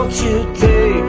today